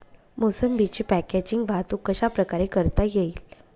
मोसंबीची पॅकेजिंग वाहतूक कशाप्रकारे करता येईल?